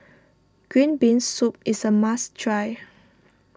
Green Bean Soup is a must try